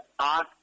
ask